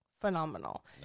Phenomenal